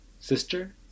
sister